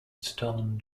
stone